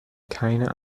keine